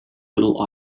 little